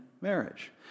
marriage